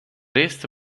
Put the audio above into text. erste